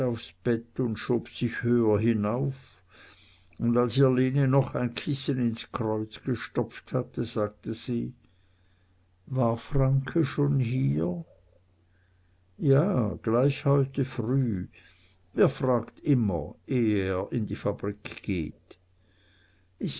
aufs bett und schob sich höher hinauf und als ihr lene noch ein kissen ins kreuz gestopft hatte sagte sie war franke schon hier ja gleich heute früh er fragt immer eh er in die fabrik geht